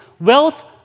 wealth